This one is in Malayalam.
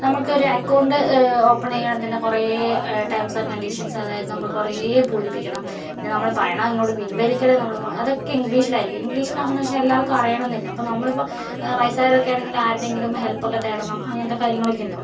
ഇപ്പോൾ നമ്മൾക്കൊരു അക്കൗണ്ട് ഓപ്പൺ ചെയ്യണമെങ്കിൽ തന്നെ കുറേ ടേംസ് ആൻഡ് കണ്ടീഷൻസ് അതായത് നമ്മൾ കുറേ പൂരിപ്പിക്കണം പിന്നെ നമ്മൾ പറയണം അങ്ങോട്ട് പിൻവലിക്കണേ നമ്മളിപ്പോൾ അതൊക്കെ ഇംഗ്ലീഷിലായിരിക്കും ഇംഗ്ലീഷിലാകുമ്പോൾ എന്തെന്ന് വെച്ചാൽ എല്ലാവർക്കും അറിയണമെന്നില്ല അപ്പോൾ നമ്മളിപ്പോൾ വയസ്സായവരൊക്കെയാണെങ്കിൽ ആരുടെയെങ്കിലും ഹെൽപ്പൊക്കെ തേടണം അങ്ങനത്തെ കാര്യങ്ങളൊക്കെ ഉണ്ടാകും